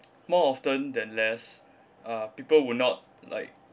more often than less uh people will not like